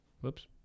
Whoops